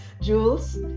Jules